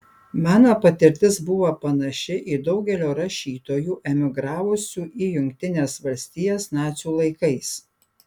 mano patirtis buvo panaši į daugelio rašytojų emigravusių į jungtines valstijas nacių laikais